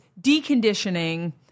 deconditioning